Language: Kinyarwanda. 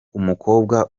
umukobwa